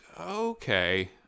okay